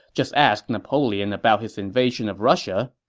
just ask napoleon about his invasion of russia.